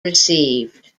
received